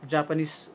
Japanese